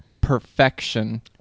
perfection